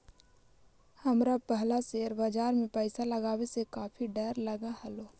हमरा पहला शेयर बाजार में पैसा लगावे से काफी डर लगअ हलो